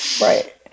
Right